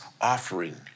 offering